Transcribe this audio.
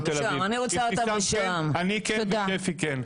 אבתיסאם כן, אני כן ושפי כן.